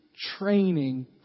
training